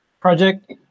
project